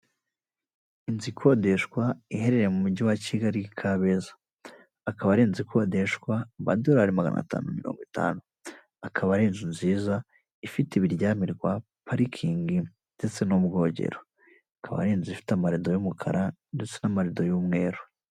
Inzu ikodeshwa iherereye mu mujyi wa kigali kabeza, akaba ari inze ikodeshwa amadorari magana atanu mirongo itanu, akaba ari inzu nziza ifite ibiryamirwa parikingi ndetse no mu bwogero ikaba ari inzu ifite amarido y'umukara ndetse n'amarido y'umweru.